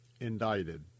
indicted